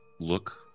look